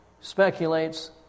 speculates